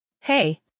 Hey